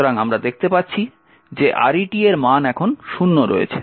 সুতরাং আমরা দেখতে পাচ্ছি যে RET এর মান এখন শূন্য রয়েছে